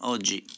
Oggi